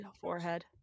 forehead